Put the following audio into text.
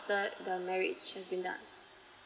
after the marriage has been done